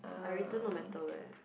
I return no matter where